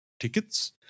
tickets